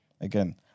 again